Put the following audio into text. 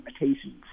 limitations